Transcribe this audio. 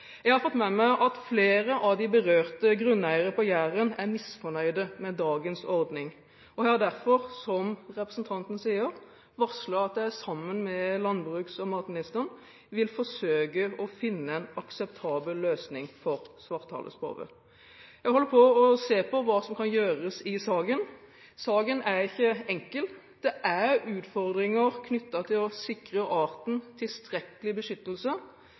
Jeg har fått med meg at flere av de berørte grunneierne på Jæren er misfornøyde med dagens ordning, og jeg har derfor, som representanten sier, varslet at jeg sammen med landbruks- og matministeren vil forsøke å finne en akseptabel løsning for svarthalespove. Jeg holder på å se på hva som kan gjøres i saken. Saken er ikke enkel. Det er utfordringer knyttet til å sikre arten tilstrekkelig beskyttelse,